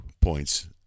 points